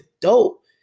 dope